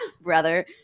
Brother